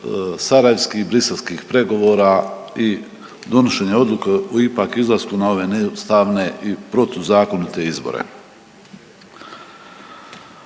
sarajevskih, briselskih pregovora i donošenja odluke o ipak izlasku na ove neustavne i protuzakonite izbore.